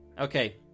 Okay